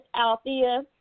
Althea